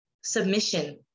submission